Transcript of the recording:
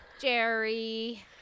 Jerry